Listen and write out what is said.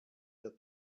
der